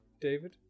David